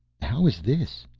how is this?